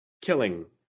killing